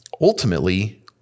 ultimately